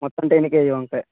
మొత్తం ten kg వంకాయ